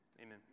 Amen